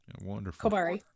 Wonderful